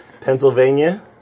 Pennsylvania